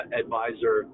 advisor